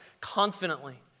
confidently